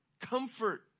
comfort